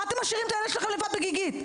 מה אתם משאירים את הילד שלכם לבד בגיגית?